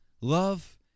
love